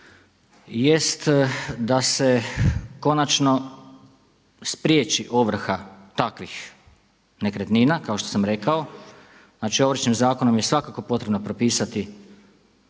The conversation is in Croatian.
jest da se konačno spriječi ovrha takvih nekretnina kao što sam rekao. Znači, Ovršnim zakonom je svakako potrebno propisati